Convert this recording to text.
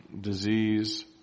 Disease